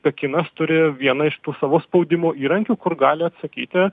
pekinas turėjo vieną iš tų savo spaudimo įrankių kur gali atsakyti